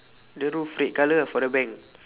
the roof red colour ah for the bank